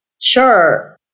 Sure